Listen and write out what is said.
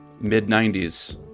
mid-90s